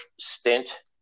stint